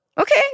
okay